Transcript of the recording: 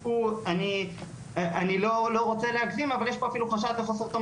אני לא רוצה להגזים אבל יש פה אפילו חשד לחוסר תום